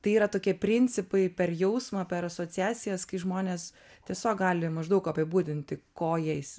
tai yra tokie principai per jausmą per asociacijas kai žmonės tiesiog gali maždaug apibūdinti ko jais